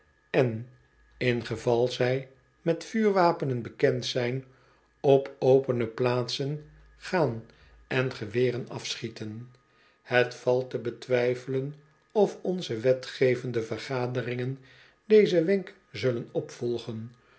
en ingeval zij mot vuurwapenen bekend zijn op opene plaatsen gaan en geweren afschieten het valt te betwijfelen of onze wetgevende vergaderingen dezen wenk zullen opvolgen